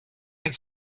its